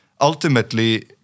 ultimately